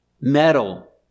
metal